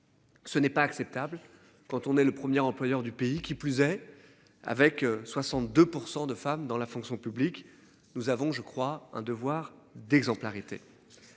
Ce n'est pas acceptable quand on est le premier employeur du pays, qui plus est avec 62% de femmes dans la fonction publique, nous avons je crois un devoir d'exemplarité.